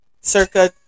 circa